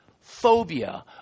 phobia